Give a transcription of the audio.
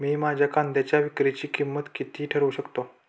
मी माझ्या कांद्यांच्या विक्रीची किंमत किती ठरवू शकतो?